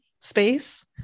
space